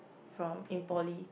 from in poly